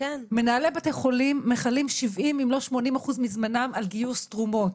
מנהלי בתי חולים מכלים 70% אם לא 80% מזמנם על גיוס תרומות.